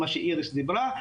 מה שאיריס דיברה,